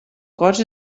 cos